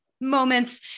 moments